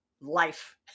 life